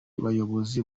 bayobozi